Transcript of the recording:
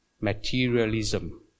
materialism